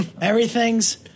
everything's